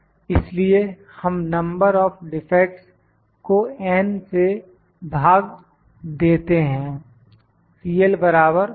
इसलिए हम number of defects को n से भाग देते हैं